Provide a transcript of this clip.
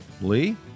Lee